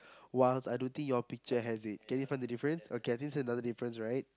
Wang I don't think your picture has it can you find the difference okay I think that's another difference right